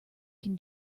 can